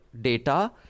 data